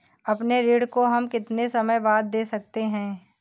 अपने ऋण को हम कितने समय बाद दे सकते हैं?